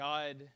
God